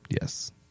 Yes